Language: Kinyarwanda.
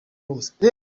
hose